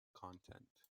content